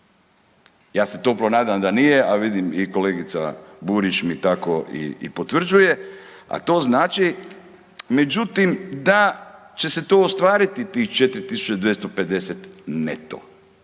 Ja se toplo nadam da nije, a vidim i kolegica Burić mi tako i potvrđuje, a to znači, međutim da će se to ostvariti tih 4.250 neto,